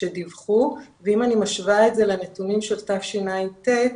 אם אני משווה את זה לנתונים של תשע"ט,